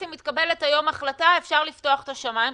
אתמול התפרסם מכרז להקמת מעבדות בישראל,